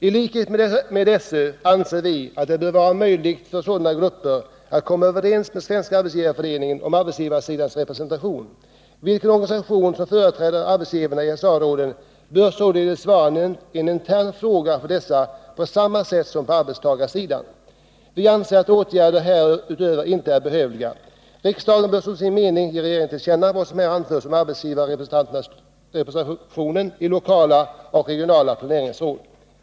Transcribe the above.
I likhet med SÖ anser vi att det bör vara möjligt för sådana grupper att komma överens med Svenska arbetsgivareföreningen om arbetsgivarsidans representation. Vilken organisation som skall företräda arbetsgivarna i SSA-råden bör således vara en intern fråga för dessa på samma sätt som det förhåller sig på arbetstagarsidan. Vi anser att åtgärder härutöver inte är nödvändiga. Riksdagen bör som sin mening ge regeringen till känna vad som här anförts om arbetsgivarrepresentationen i lokala och regionala planeringsråd.